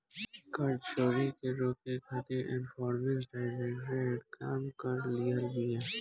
कर चोरी के रोके खातिर एनफोर्समेंट डायरेक्टरेट काम कर रहल बिया